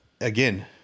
again